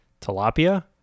Tilapia